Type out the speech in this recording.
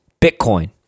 Bitcoin